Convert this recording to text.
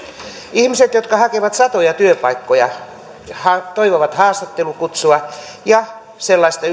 ihmiset jotka hakevat satoja työpaikkoja toivovat haastattelukutsua ja sellaista